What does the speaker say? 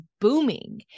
booming